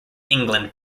england